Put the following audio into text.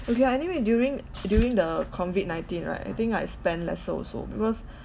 okay anyway during during the COVID nineteen right I think I spend lesser also because